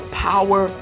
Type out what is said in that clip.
power